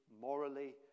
morally